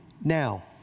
Now